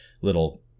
little